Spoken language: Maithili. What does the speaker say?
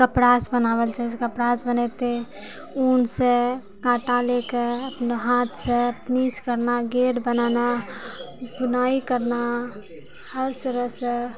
कपड़ा सँ बनाबल जाइ छै कपड़ा सँ बनेतै ऊन से काँटा लेकऽ अपना हाथ सँ नीच करना गेड बनाना बुनाइ करना हर तरह सँ